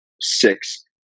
six